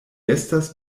estas